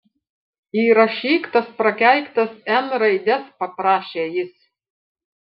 įrašyk tas prakeiktas n raides paprašė jis